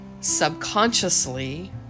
subconsciously